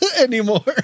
anymore